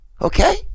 Okay